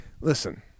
listen